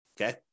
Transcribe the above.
okay